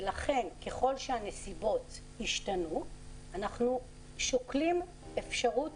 ולכן ככל שהנסיבות ישתנו אנחנו שוקלים אפשרות